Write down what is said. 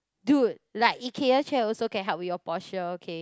dude like Ikea chair also can help with your posture okay